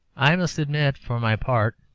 i must admit, for my part,